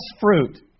fruit